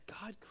God